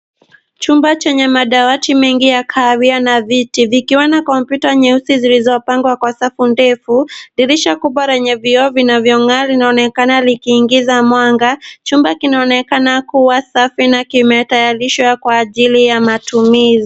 Chumba chenye madawati mengi ya kahawia na viti vikiwa na kompyuta nyeusi zilizopangwa kwa safu ndefu. Dirisha kuu lenye vioo vinavyong'aa linaonekana likiingiza mwanga. Chumba kinaonekana kuwa safi na kimetayarishwa kwa ajili ya matumizi.